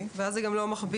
ואז זה גם לא מכביד.